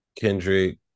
kendrick